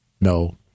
No